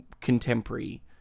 contemporary